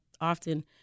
often